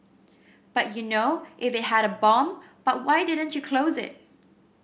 but you know if it had a bomb but why didn't you close it